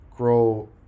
grow